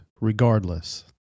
regardless